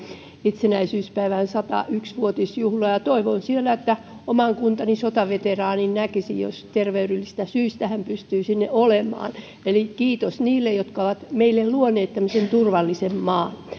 itsenäisyyspäivän satayksi vuotisjuhlaa ja toivon että oman kuntani sotaveteraanin siellä näkisin jos terveydellisistä syistä hän pystyy siellä olemaan eli kiitos niille jotka ovat meille luoneet tämmöisen turvallisen maan